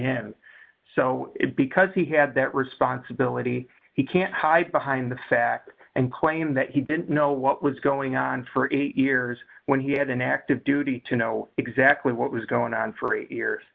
him so because he had that responsibility he can't hide behind the fact and claim that he didn't know what was going on for eight years when he had an active duty to know exactly what was going on for eight years